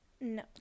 No